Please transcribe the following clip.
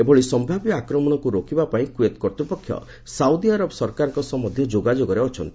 ଏଭଳି ସମ୍ଭାବ୍ୟ ଆକ୍ରମଣକୁ ରୋକିବା ପାଇଁ କ୍ୱେତ କର୍ତ୍ତୃପକ୍ଷ ସାଉଦି ଆରବ ସରକାରଙ୍କ ସହ ମଧ୍ୟ ଯୋଗାଯୋଗରେ ଅଛନ୍ତି